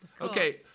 Okay